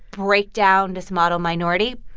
break down this model minority.